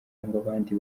abandi